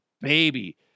baby